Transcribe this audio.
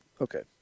Okay